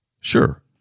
Sure